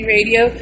Radio